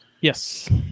Yes